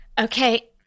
okay